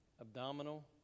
Abdominal